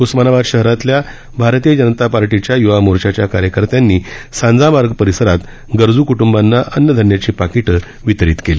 उस्मानाबाद शहरातील भारतीय जनता पक्षाच्या य्वा मोर्चाच्या कार्यकर्त्यांनी सांजा मार्ग परिसरात गरजू कुटुंबांना अन्न धान्याची पाकिटं वितरित केली